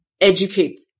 educate